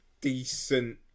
decent